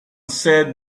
said